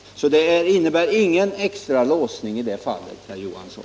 Det skulle alltså inte innebära några extra låsningar i det fallet, herr Johansson.